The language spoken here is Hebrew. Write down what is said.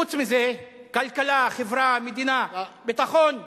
חוץ מזה, כלכלה, חברה, מדינה, ביטחון,